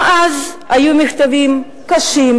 גם אז היו מכתבים קשים,